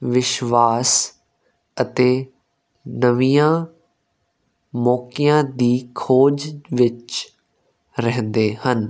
ਵਿਸ਼ਵਾਸ ਅਤੇ ਨਵੀਆਂ ਮੌਕਿਆਂ ਦੀ ਖੋਜ ਵਿੱਚ ਰਹਿੰਦੇ ਹਨ